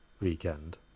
weekend